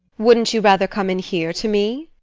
wouldn't you rather come in here, to me?